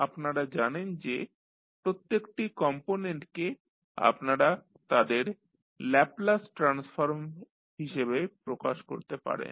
আপনারা জানেন যে প্রত্যেকটি কম্পোনেন্টকে আপনারা তাদের ল্যাপলাস ট্রান্সফর্ম হিসাবে প্রকাশ করতে পারেন